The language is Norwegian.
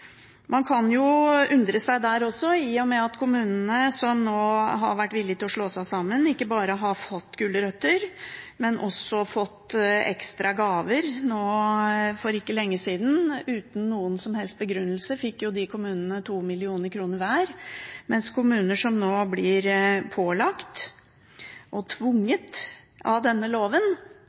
Man kan også der undre seg, i og med at kommunene som har vært villige til å slå seg sammen, ikke bare har fått gulrøtter, men også har fått ekstra gaver for ikke lenge siden. Uten noen som helst begrunnelse fikk de kommunene 2 mill. kr hver, mens kommuner som nå blir pålagt og tvunget av denne loven